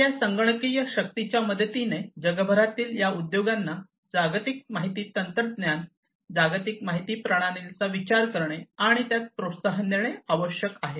तर या संगणकीय शक्तीच्या मदतीने जगभरातील या उद्योगांना जागतिक माहिती तंत्रज्ञान जागतिक माहिती प्रणालींचा विचार करणे आणि त्यास प्रोत्साहन देणे आवश्यक आहे